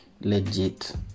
legit